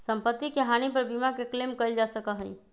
सम्पत्ति के हानि पर बीमा के क्लेम कइल जा सका हई